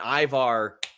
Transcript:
Ivar